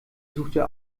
suchte